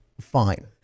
fine